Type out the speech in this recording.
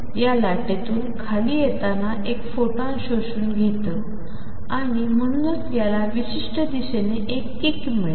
या लाटेतून खाली येताना एक फोटॉन शोषून घेतो आणि म्हणूनच त्याला विशिष्ट दिशेने एक किक मिळते